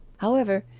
however,